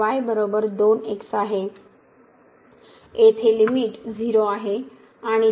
येथे लिमिट 0 आहेआणि लिमिट 4 येईल